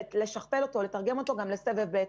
יש לשכפל מתווה זה גם עבור סבב ב'.